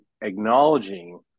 acknowledging